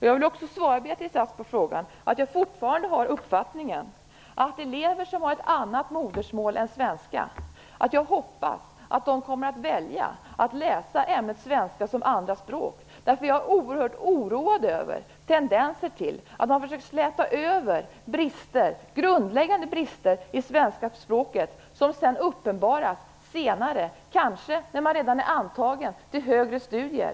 Jag vill också på Beatrice Asks fråga svara att jag fortfarande har den uppfattningen att jag hoppas att elever som har ett annat modersmål än svenska kommer att välja att läsa ämnet svenska som andraspråk. Jag är oerhört oroad över tendenser till att man försöker släta över grundläggande brister i svenska språket som kan uppenbaras senare, kanske när man redan är antagen till högre studier.